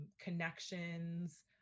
connections